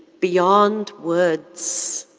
beyond words.